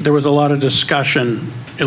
there was a lot of discussion at